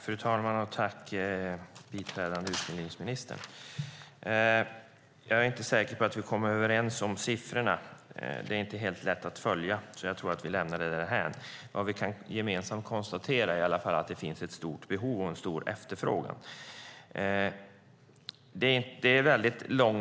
Fru talman! Jag börjar med att rikta ett tack till biträdande utbildningsministern. Men jag är inte säker på att vi kommer överens om siffrorna som det inte är helt lätt att följa. Jag tror därför att vi lämnar dem därhän. Vad vi gemensamt kan konstatera är i alla fall att det finns ett stort behov och en stor efterfrågan på området.